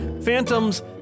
Phantoms